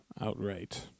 outright